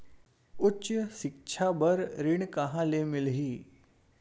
उच्च सिक्छा बर ऋण कहां ले मिलही?